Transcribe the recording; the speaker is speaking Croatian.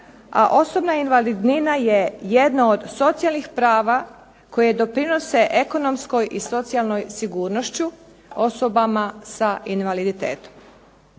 a osobna invalidnina je jedno od socijalnih prava koje doprinose ekonomskoj i socijalnoj sigurnošću osobama sa invaliditetom.